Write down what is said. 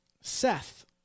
Seth